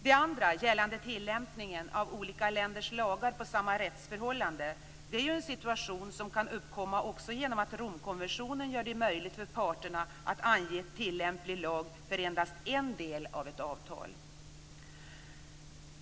Det andra, gällande tillämpningen av olika länders lagar på samma rättsförhållanden, är en situation som kan uppkomma också genom att Romkonventionen gör det möjligt för parterna att ange tillämplig lag för endast en del av ett avtal.